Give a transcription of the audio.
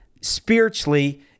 spiritually